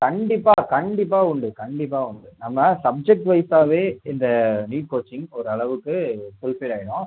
கண்டிப்பாக கண்டிப்பாக உண்டு கண்டிப்பாக உண்டு நம்ம சப்ஜெக்ட்வைஸாகவே இந்த நீட் கோச்சிங் ஒரு அளவுக்கு ஃபுல்ஃபில்லாயிடும்